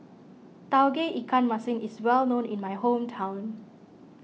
Tauge Ikan Masin is well known in my hometown